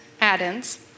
add-ins